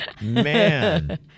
Man